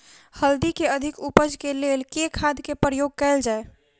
हल्दी केँ अधिक उपज केँ लेल केँ खाद केँ प्रयोग कैल जाय?